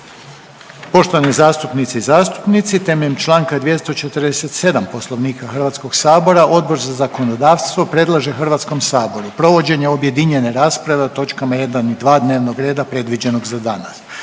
Poštovane zastupnice i zastupnici, temeljem čl. 247. Poslovnika HS Odbor za zakonodavstvo predlaže HS provođenje objedinjene rasprave o točkama jedan i dva dnevnog reda predviđenog za danas,